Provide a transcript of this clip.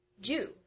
Jew